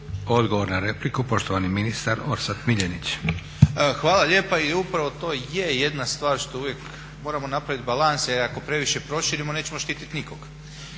Odgovor na repliku, poštovani ministar Orsat Miljenić. **Miljenić, Orsat** Hvala lijepa. I upravo to je jedna stvar što uvijek moramo napravit balans jer ako previše proširimo nećemo štitit nikog.